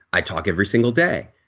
i talk every single day.